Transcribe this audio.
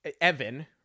Evan